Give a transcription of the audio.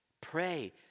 Pray